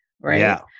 right